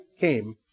came